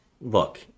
look